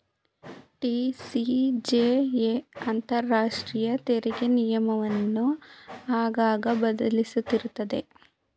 TCJA ಅಂತರಾಷ್ಟ್ರೀಯ ತೆರಿಗೆ ನಿಯಮವನ್ನು ಆಗಾಗ ಬದಲಿಸುತ್ತಿರುತ್ತದೆ